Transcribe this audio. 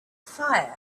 fire